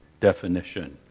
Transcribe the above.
definition